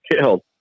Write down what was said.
killed